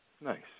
Nice